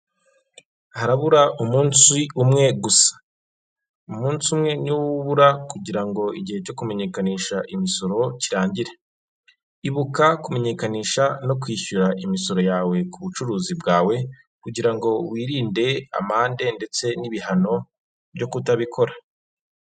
Harabura umunsi umwe gusa, umunsi umwe niwo ubura kugira ngo igihe cyo kumenyekanisha imisoro kirangire, ibuka kumenyekanisha no kwishyura imisoro yawe kubucuruzi bwawe, kugira ngo wirinde amande ndetse n'ibihano byo kutabikora.